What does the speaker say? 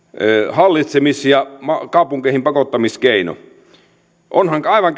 hallitsemis ja kaupunkeihin pakottamiskeino onhan aivan